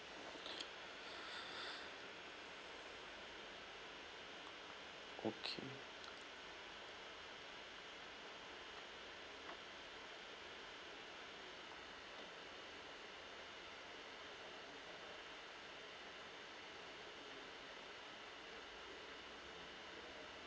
okay